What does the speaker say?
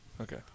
Okay